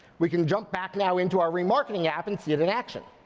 we can jump back now into our remarketing app and see it in action.